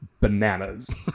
bananas